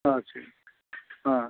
আচ্ছা হ্যাঁ